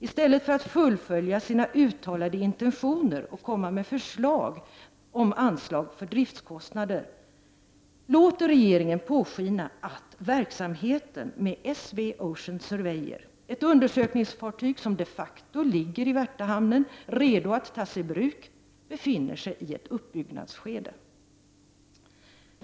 I stället för att fullfölja sina uttalade intentioner och komma med förslag om anslag för driftskostnader låter regeringen påskina att verksamheten med S/V Ocean Surveyor, ett undersökningsfartyg som de facto ligger i Värtahamnen redo att tas i bruk, befinner sig i ett uppbyggnadsskede.